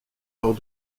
lors